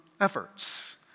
efforts